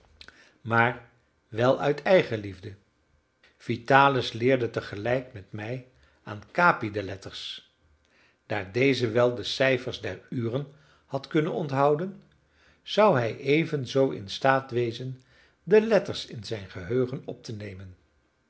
maar wel uit eigenliefde vitalis leerde tegelijk met mij aan capi de letters daar deze wel de cijfers der uren had kunnen onthouden zou hij even zoo in staat wezen de letters in zijn geheugen op te nemen